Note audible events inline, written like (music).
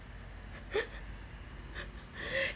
(laughs)